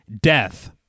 death